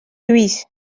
lluís